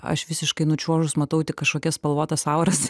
aš visiškai nučiuožus matau tik kažkokias spalvotas auras